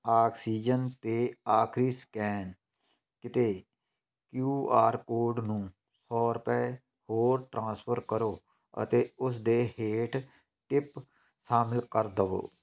oxygen 'ਤੇ ਆਖਰੀ scan ਕੀਤੇ ਕਿਯੂ ਆਰ ਕੋਡ ਨੂੰ ਸੌ ਰੁਪਏ ਹੋਰ ਟ੍ਰਾਂਸਫਰ ਕਰੋ ਅਤੇ ਉਸ ਦੇ ਹੇਠ ਟਿਪ ਸ਼ਾਮਿਲ ਕਰ ਦੇਵੋ